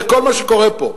וכל מה שקורה פה,